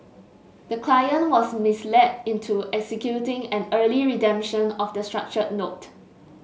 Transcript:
the client was misled into executing an early redemption of the structured note